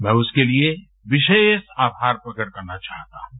मैं उसके लिए विशेष आभार प्रकट करना चाहता हूँ